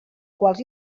quals